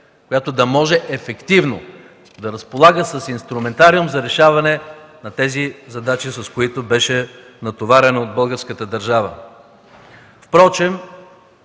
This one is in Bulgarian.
която да може ефективно да разполага с инструментариум за решаване на задачите, с които беше натоварена българската държава.